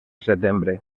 setembre